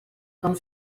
com